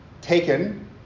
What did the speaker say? taken